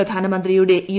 പ്രധാനമന്ത്രിയുടെ യു